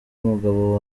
umugabo